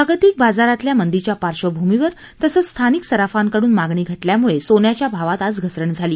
जागतिक बाजारातल्या मंदीच्या पार्क्षभूमीवर तसंच स्थानिक सराफांकडून मागणी घटल्यामुळे सोन्याच्या भावात आज घसरण झाली